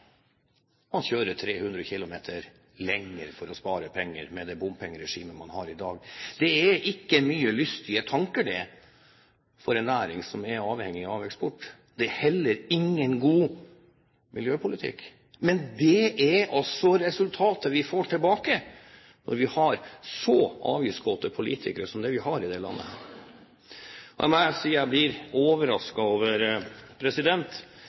man kjører 300 km lenger for å spare penger, med det bompengeregimet man har i dag. Det er ikke mye lystige tanker for en næring som er avhengig av eksport. Det er heller ingen god miljøpolitikk. Men det er altså resultatet vi får når vi har så avgiftskåte politikere som vi har i dette landet. Jeg må si jeg blir overrasket over